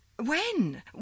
When